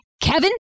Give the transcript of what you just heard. Kevin